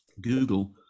Google